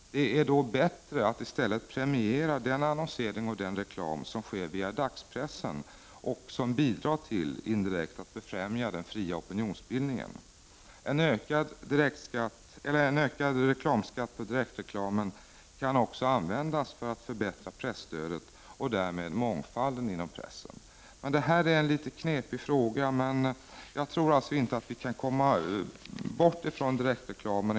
Det är bättre att i stället premiera den annonsering och reklam som sker via dagspressen och som bidrar till, indirekt, att befrämja den fria opinionsbildningen. En ökad reklamskatt på direktreklamen kan också användas för att förbättra presstödet och därmed mångfalden inom pressen. Det här är en litet knepig fråga, men jag tror inte att vi kan komma bort från direktreklamen.